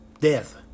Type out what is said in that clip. Death